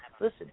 Listen